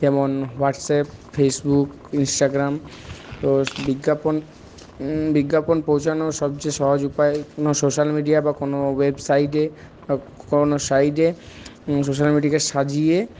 যেমন WhatsApp Facebook Instagram তো বিজ্ঞাপন বিজ্ঞাপন পৌঁছোনোর সবচেয়ে সহজ উপায় কোনো সোশ্যাল মিডিয়া বা কোনো ওয়েবসাইটে বা কোনো সাইটে সোশ্যাল মিডিয়ায় সাজিয়ে